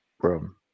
room